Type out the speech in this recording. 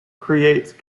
create